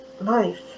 life